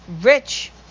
rich